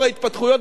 שהשפיעו עלינו,